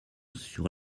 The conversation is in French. sur